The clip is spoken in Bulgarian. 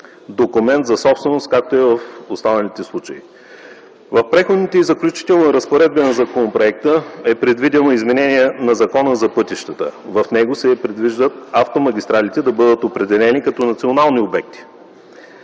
документ за собственост, както е в останалите случаи. В Преходните и заключителни разпоредби на законопроекта е предвидено изменение на Закона за пътищата. В него се предвижда автомагистралите да бъдат определени като национални обекти,